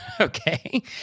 Okay